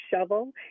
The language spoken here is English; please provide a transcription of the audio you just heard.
shovel